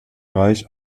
reich